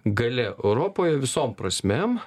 galia europoje visom prasmėm